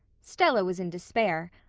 stella was in despair.